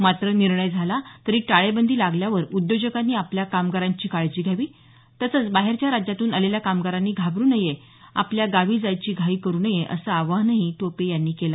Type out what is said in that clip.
मात्र निर्णय झाला तरी टाळेबंदी लागल्यावर उद्योजकांनी आपल्या कामगारांची काळजी घ्यावी तसंच बाहेरच्या राज्यातून आलेल्या कामगारांनी घाबरू नये आपल्या गावी जायची घाई करू नये असं आवाहनही टोपे यांनी केलं